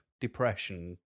depression